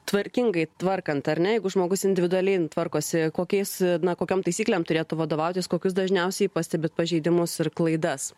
tvarkingai tvarkant ar ne jeigu žmogus individualiai tvarkosi kokiais na kokiom taisyklėm turėtų vadovautis kokius dažniausiai pastebit pažeidimus ir klaidas